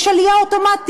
יש עליה אוטומטית.